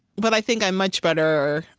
but i think i'm much better,